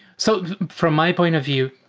so from my point of view,